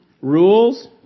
rules